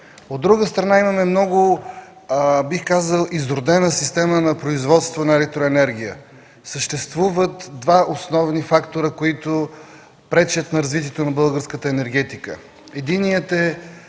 От друга страна, имаме много, бих казал, изродена система на производство на електроенергия. Съществуват два основни фактора, които пречат на развитието на българската енергетика. Единият е